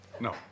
No